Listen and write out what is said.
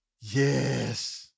Yes